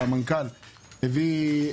מנכ"ל הביטוח הלאומי,